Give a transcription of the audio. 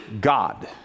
God